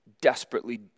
desperately